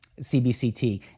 CBCT